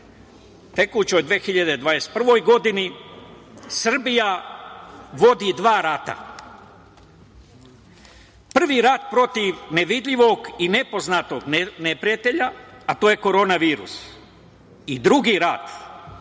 tekućoj 2021. godini Srbija vodi dva rata. Prvi rat protiv nevidljivog i nepoznatog neprijatelja, a to je Korona virus. Drugi rat je rat borba protiv dobro poznatog neprijatelja